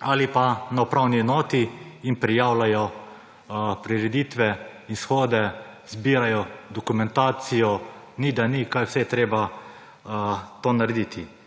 ali pa na upravni enoti in prijavljajo prireditve in shode, zbirajo dokumentacijo, ni da ni, kaj vse je treba to narediti.